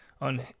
on